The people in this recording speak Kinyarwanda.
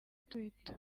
twitter